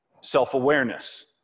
self-awareness